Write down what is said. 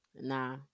Nah